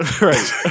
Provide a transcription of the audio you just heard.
right